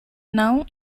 não